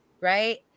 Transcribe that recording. right